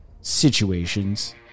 situations